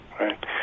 Right